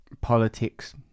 politics